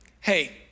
hey